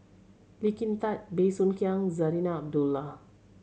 Lee Kin Tat Bey Soo Khiang Zarinah Abdullah